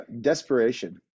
Desperation